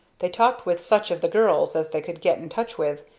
they talked with such of the girls as they could get in touch with,